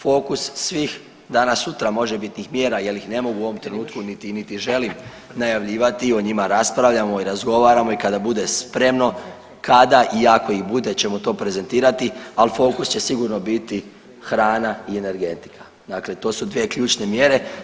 Fokus svih danas sutra možebitnih mjera jel ih ne mogu u ovom trenutku niti želim najavljivati i o njima raspravljamo i razgovaramo i kada bude spremno kada i ako i bude ćemo to prezentirati, ali fokus će sigurno biti hrana i energetika, dakle to su dve ključne mjere.